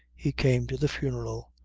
he came to the funeral,